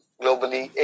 globally